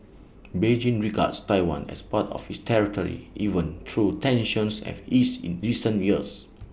Beijing regards Taiwan as part of its territory even though tensions have eased in recent years